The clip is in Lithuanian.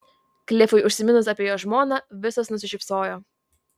klifui užsiminus apie jo žmoną visos nusišypsojo